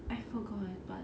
I forgot but